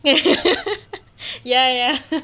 ya ya ya